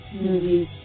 movies